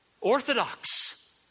orthodox